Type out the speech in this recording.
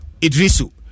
Idrisu